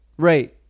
Right